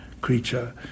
creature